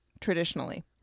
traditionally